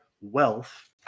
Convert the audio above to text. wealth